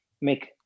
make